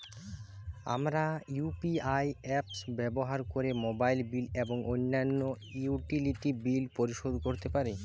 আমরা UPI apps ব্যবহার করে মোবাইল বিল এবং অন্যান্য ইউটিলিটি বিল পরিশোধ করতে পারি